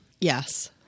Yes